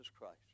Christ